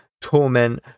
Torment